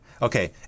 Okay